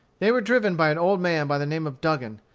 they were driven by an old man by the name of dugan,